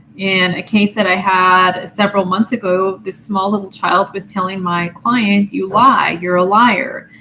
in a case that i had several months ago, this small little child was telling my client, you lie, you're a liar.